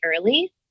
early